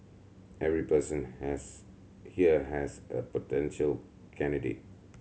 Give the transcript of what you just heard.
every person has here has a potential candidate